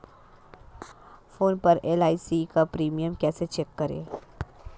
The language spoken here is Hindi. फोन पर एल.आई.सी का प्रीमियम कैसे चेक करें?